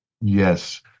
Yes